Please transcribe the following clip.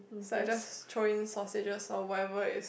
so I just throw in sausages or whatever is